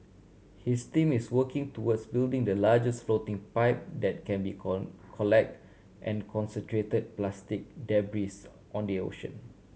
his team is working towards building the largest floating pipe that can be collect and concentrate plastic debris on the ocean